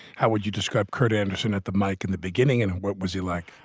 how would you describe kurt anderson at the mike in the beginning and what was he like?